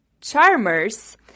Charmers